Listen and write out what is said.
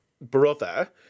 brother